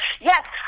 Yes